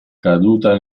caduta